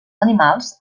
animals